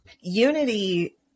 Unity